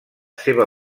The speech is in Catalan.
seva